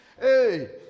hey